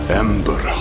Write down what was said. ember